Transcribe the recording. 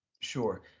Sure